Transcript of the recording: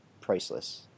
priceless